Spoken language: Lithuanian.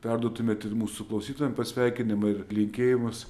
perduotumėt ir mūsų klausytojam pasveikinimą ir linkėjimus